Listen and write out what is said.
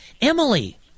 Emily